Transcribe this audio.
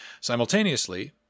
Simultaneously